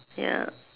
ya